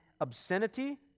obscenity